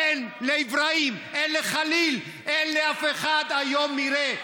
אין לאבראהים, אין לחליל, אין לאף אחד היום מרעה.